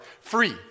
free